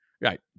Right